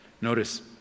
Notice